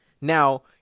Now